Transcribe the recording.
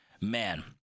man